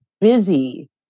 busy